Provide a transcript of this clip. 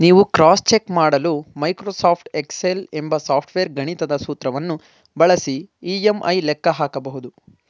ನೀವು cross check ಮಾಡಲು Microsoft Excel ಎಂಬ ಸಾಫ್ಟ್ವೇರ್ ಗಣಿತದ ಸೂತ್ರವನ್ನು ಬಳಸಿ ಇ.ಎಂ.ಐ ಲೆಕ್ಕ ಹಾಕಬಹುದು